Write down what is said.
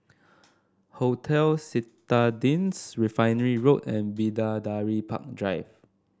Hotel Citadines Refinery Road and Bidadari Park Drive